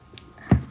flight